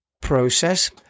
process